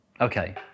Okay